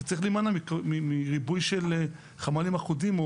אתה צריך להימנע מריבוי של חמל"ים אחודים או